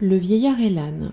le vieillard et vane un